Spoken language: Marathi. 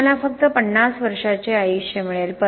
तुम्हाला फक्त 50 वर्षांचे आयुष्य मिळेल